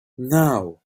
now